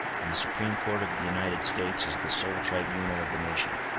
and the supreme court of the united states is the sole tribunal of the nation.